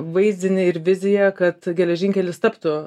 vaizdinį ir viziją kad geležinkelis taptų